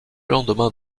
lendemain